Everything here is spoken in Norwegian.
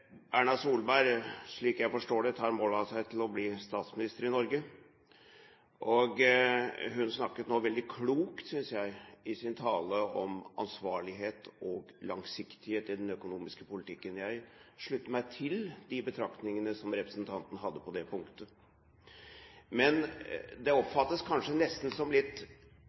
Erna Solberg, slik jeg forstår, tar mål av seg til å bli statsminister i Norge, og hun snakket nå veldig klokt – synes jeg – i sin tale om ansvarlighet og langsiktighet i den økonomiske politikken. Jeg slutter meg til de betraktningene som representanten hadde på det punktet. Det oppfattes kanskje nesten som litt